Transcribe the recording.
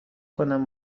کنم